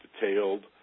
detailed